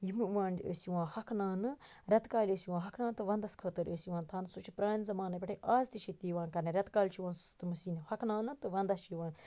یم یِوان ٲسۍ یِوان ہۄکھناونہٕ ریٚتہٕ کالہِ ٲسۍ یِوان ہۄکھناونہٕ تہٕ وَندَس خٲطر ٲسۍ یِوان تھاونہٕ سُہ چھُ پرانہِ زَمانے پیٚٹھے آز تہِ چھِ تہِ یِوان کَرنہٕ ریٚتہٕ کالہِ چھِ یِوان تِم سیِن ہۄکھناونہٕ تہٕ وَندَس چھِ یِوان